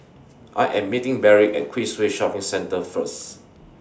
I Am meeting Berry At Queensway Shopping Centre First